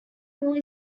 more